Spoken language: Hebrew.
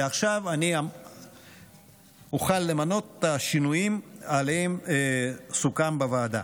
עכשיו אני אוכל למנות את השינויים שעליהם סוכם בוועדה: